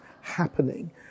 happening